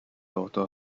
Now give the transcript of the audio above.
daughter